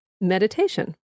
meditation